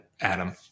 Adam